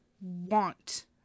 want